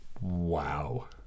Wow